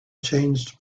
changed